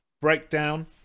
breakdown